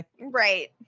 Right